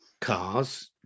cars